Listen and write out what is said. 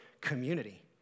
community